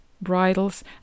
bridles